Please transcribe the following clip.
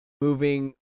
moving